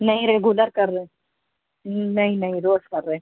نہیں ریگولر کر رہے نہیں نہیں روز کر رہے